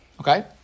Okay